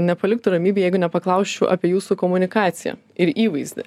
nepaliktų ramybėj jeigu nepaklausčiau apie jūsų komunikaciją ir įvaizdį